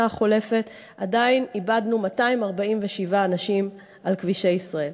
החולפת עדיין איבדנו 247 אנשים על כבישי ישראל.